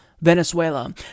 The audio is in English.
venezuela